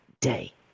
day